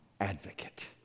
advocate